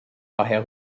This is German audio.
daher